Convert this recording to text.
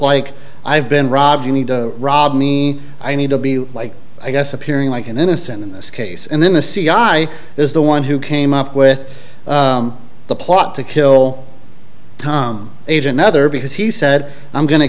like i've been robbed you need to rob me i need to be like i guess appearing like an innocent in this case and then the c i is the one who came up with the plot to kill tom age another because he said i'm going to